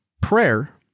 prayer